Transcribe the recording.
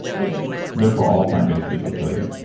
it is therefore, all plant based foods will kill you